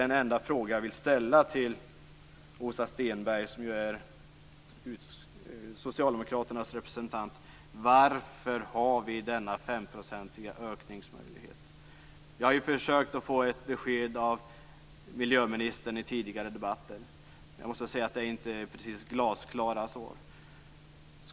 Den enda fråga som jag vill ställa till Åsa Stenberg, som är Socialdemokraternas representant, är: Varför har vi denna femprocentiga ökningsmöjlighet? Jag har försökt att få ett besked av miljöministern i tidigare debatter, men jag måste säga att svaren inte har varit precis glasklara.